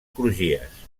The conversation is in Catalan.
crugies